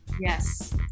Yes